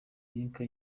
lynka